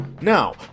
Now